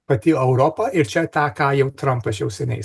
pati europa ir čia tą ką jau trumpas jau seniai